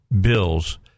bills